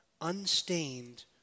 unstained